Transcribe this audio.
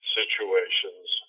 Situations